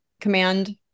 command